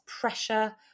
pressure